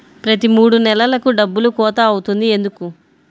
ప్రతి మూడు నెలలకు డబ్బులు కోత అవుతుంది ఎందుకు?